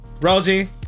Rosie